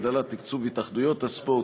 הגדלת תקצוב התאחדויות הספורט,